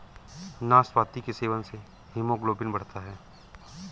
नाशपाती के सेवन से हीमोग्लोबिन बढ़ता है